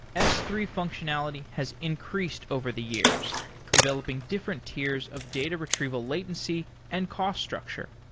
s three functionality has increased over the years developing different tiers of data retrieval latency and cost structure.